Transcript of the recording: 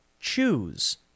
choose